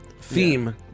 theme